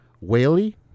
Whaley